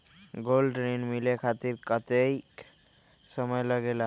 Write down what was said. Gold ऋण मिले खातीर कतेइक समय लगेला?